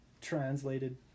translated